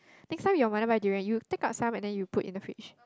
next time your mother buy durian you take out some and then you put in the fridge